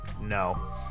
No